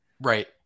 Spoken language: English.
right